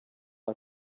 are